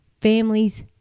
families